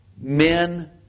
men